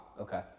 Okay